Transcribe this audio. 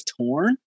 torn